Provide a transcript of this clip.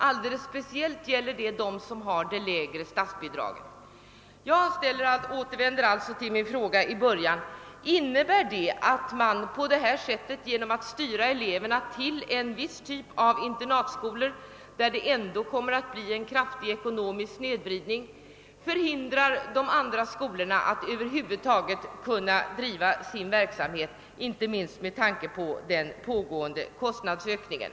Alldeles speciellt gäller det de skolor som har det lägre statsbidraget. Jag upprepar min fråga: Innebär det att man genom att styra eleverna till en viss typ av internatskolor, där det ändå blir en kraftig ekonomisk snedvridning, förhindrar de andra skolorna att över huvud taget kunna driva sin verksamhet inte minst med tanke på den pågående kostnadsökningen?